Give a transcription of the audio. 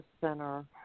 center